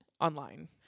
online